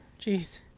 Jeez